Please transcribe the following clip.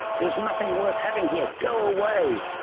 there's nothing worth having here, go away!